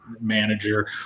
manager